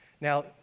Now